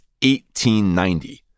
1890